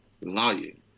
lying